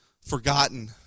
forgotten